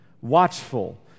watchful